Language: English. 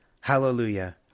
Hallelujah